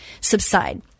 subside